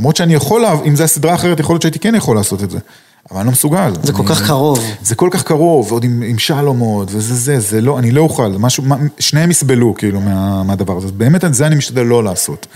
למרות שאני יכול, אם זו הסדרה אחרת, יכול להיות שהייתי כן יכול לעשות את זה. אבל אני לא מסוגל. זה כל כך קרוב. זה כל כך קרוב, ועוד עם שלום עוד, וזה זה, זה לא, אני לא אוכל, משהו, שניהם יסבלו, כאילו, מהדבר הזה. באמת על זה אני משתדל לא לעשות.